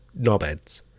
knobheads